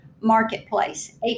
marketplace